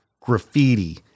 graffiti